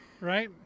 Right